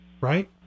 right